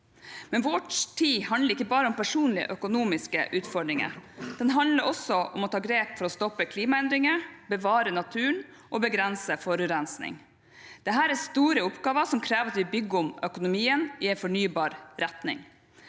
Men vår tid handler ikke bare om personlige økonomiske utfordringer. Den handler også om å ta grep for å stoppe klimaendringer, bevare naturen og begrense forurensning. Dette er store oppgaver som krever at vi bygger om økonomien i fornybar retning.